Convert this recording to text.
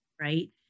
right